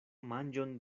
manĝon